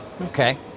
Okay